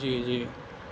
جی جی